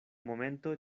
momento